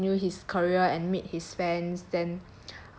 to like continue his career and meet his fans then